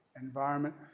environment